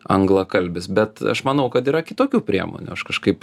anglakalbis bet aš manau kad yra kitokių priemonių aš kažkaip